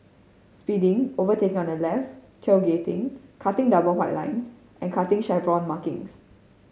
speeding overtaking on the left tailgating cutting double white lines and cutting chevron markings